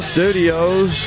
Studios